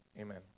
amen